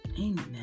Amen